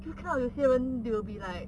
就看有些人 they will be like